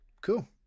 Cool